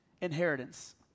inheritance